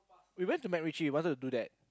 we went to MacRitchie we wanted to do that